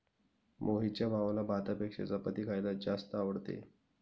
मोहितच्या भावाला भातापेक्षा चपाती खायला जास्त आवडते